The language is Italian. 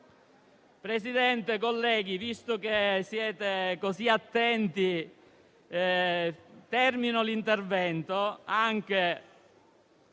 Presidente, colleghi, visto che siete così attenti, termino l'intervento